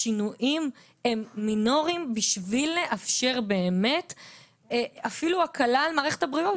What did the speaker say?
השינויים מינוריים כדי לאפשר אפילו הקלה על מערכת הבריאות,